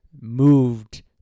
moved